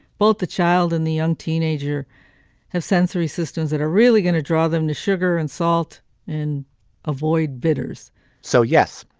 both the child and the young teenager have sensory systems that are really going to draw them to sugar and salt and avoid bitters so, yes,